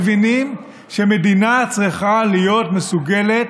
מבינים שמדינה צריכה להיות מסוגלת,